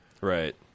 right